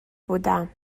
بودم